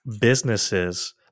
businesses